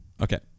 Okay